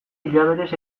hilabetez